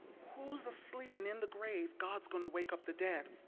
who's a sleepin' in the grave? god's gonna wake up the dead.